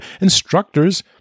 instructors